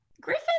Griffin